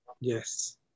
Yes